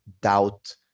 doubt